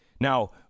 Now